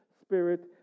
spirit